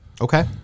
Okay